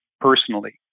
personally